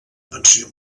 pensió